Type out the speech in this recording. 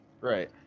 Right